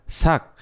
sak